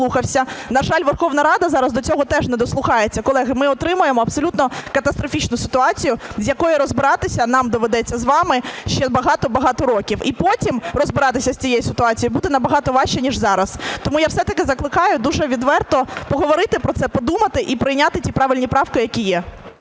На жаль, Верховна Рада зараз до цього теж не дослухається. Колеги, ми отримаємо абсолютно катастрофічну ситуацію, з якою розбиратися нам доведеться з вами ще багато-багато років і потім розбиратися з цією ситуацією буде набагато важче ніж зараз. Тому я все-таки закликаю дуже відверто поговорити про це, подумати і прийняти ті правильні правки, які є.